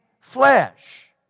flesh